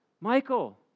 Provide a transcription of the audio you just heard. Michael